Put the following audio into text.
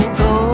go